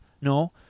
No